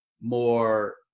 more